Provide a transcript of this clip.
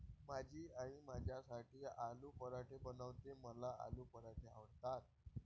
माझी आई माझ्यासाठी आलू पराठे बनवते, मला आलू पराठे आवडतात